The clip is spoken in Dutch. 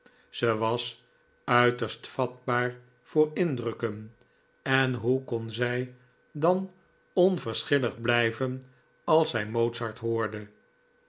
ze was uiterst vatbaar voor indrukken en hoe kon zij dan onverschillig blijven als zij mozart hoorde